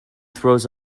throws